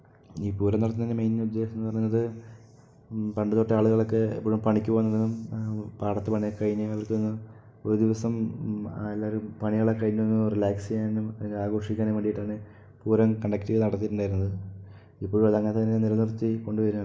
ഈ പൂരം നടത്തുന്നതിന് മെയിൻ ഉദ്ദേശമെന്ന് പറയുന്നത് പണ്ട് തൊട്ടേ ആളുകളൊക്കെ എപ്പോഴും പണിക്ക് പോകുന്നതും പാടത്ത് പണിയൊക്കേ കഴിഞ്ഞ് ഒരു ദിവസം എല്ലാവരും പണികളൊക്കേ കഴിഞ്ഞൊന്ന് റിലാക്സ് ചെയ്യാനും അത് ആഘോഷിക്കാനും വേണ്ടിയിട്ടാണ് പൂരം കണ്ടക്റ്റ് ചെയ്ത് നടത്തിയിട്ടുണ്ടായിരുന്നത് ഇപ്പോഴും അതങ്ങനെ തന്നേ നിലനിർത്തി കൊണ്ട് വരുവാണ്